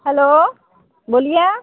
hello बोलिए